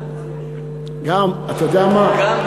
אתה יודע מה,